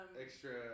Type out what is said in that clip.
Extra